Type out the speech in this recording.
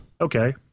Okay